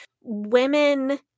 women